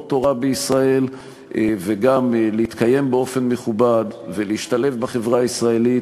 תורה בישראל וגם להתקיים באופן מכובד ולהשתלב בחברה הישראלית